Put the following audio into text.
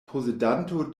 posedanto